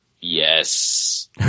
Yes